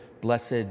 blessed